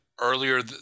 earlier